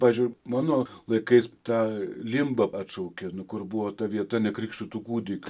pavyzdžiui mano laikais tą limbą atšaukė nu kur buvo ta vieta nekrikštytų kūdikių